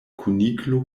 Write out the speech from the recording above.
kuniklo